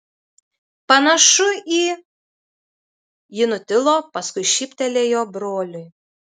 panašu į ji nutilo paskui šyptelėjo broliui